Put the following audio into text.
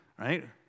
right